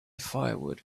firewood